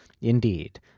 Indeed